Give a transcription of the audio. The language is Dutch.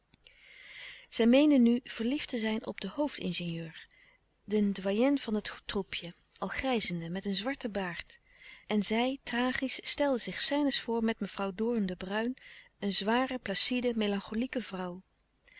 zij meende nu verliefd te zijn op den hoofd ingenieur den doyen van het troepje al grijzende met een zwarten baard en zij tragisch stelde zich scènes voor met mevrouw doorn de bruijn een zware placide melancholieke vrouw